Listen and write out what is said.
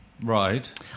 Right